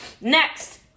Next